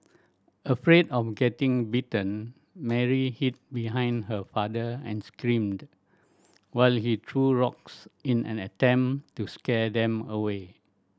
afraid of getting bitten Mary hid behind her father and screamed while he threw rocks in an attempt to scare them away